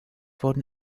worden